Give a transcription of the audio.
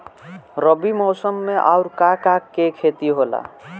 रबी मौसम में आऊर का का के खेती होला?